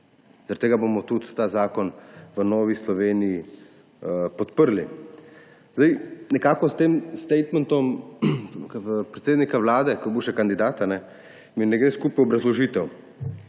Zaradi tega bomo tudi ta zakon v Novi Sloveniji podprli. Zdaj mi nekako s tem statementom predsednika vlade, ko je bil še kandidat, ne gre skupaj obrazložitev